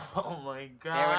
oh my god.